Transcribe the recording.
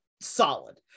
solid